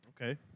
Okay